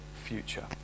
future